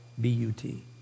B-U-T